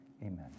Amen